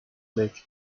leg